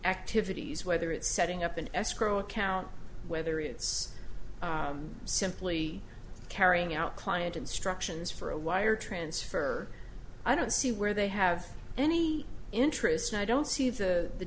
activities whether it's setting up an escrow account whether it's simply carrying out client instructions for a wire transfer i don't see where they have any interest in i don't see the the